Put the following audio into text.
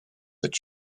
that